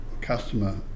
customer